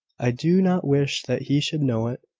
i do not wish that he should know it,